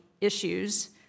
issues